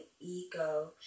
Ego